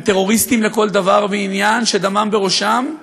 הם טרוריסטים לכל דבר ועניין ודמם בראשם.